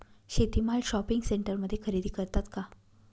शेती माल शॉपिंग सेंटरमध्ये खरेदी करतात का?